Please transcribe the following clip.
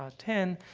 um ten,